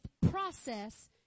process